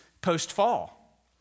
post-fall